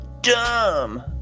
dumb